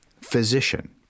physician